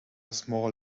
small